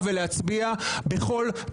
כדי שיהיה ייצוג לכל הדמוקרטיה